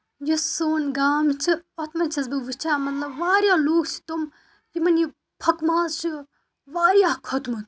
یُس سون گام چھُ اَتھ منٛز چھَس بہٕ وُچھان مطلب واریاہ لُکھ چھِ تِم یِمن یہِ پھۄکہٕ ماز چھُ واریاہ کھوٚتمُت